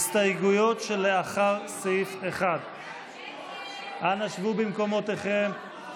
1. אנא שבו במקומותיכם.